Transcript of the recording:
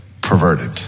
perverted